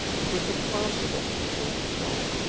it was impossible, he told himself.